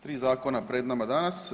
Tri zakona pred nama danas.